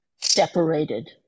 separated